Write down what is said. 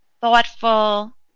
thoughtful